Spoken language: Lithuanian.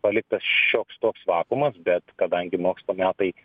paliktas šioks toks vakuumas bet kadangi mokslo metai